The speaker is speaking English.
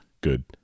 Good